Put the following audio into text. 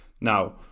Now